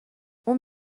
اون